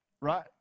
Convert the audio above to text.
right